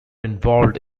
involved